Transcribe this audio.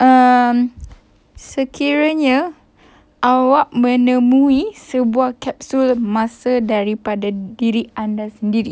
um sekiranya awak menemui sebuah capsule masa daripada diri anda sendiri